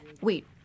Wait